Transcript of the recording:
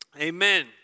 Amen